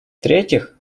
третьих